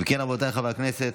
אם כן, רבותיי חברי הכנסת,